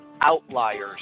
outliers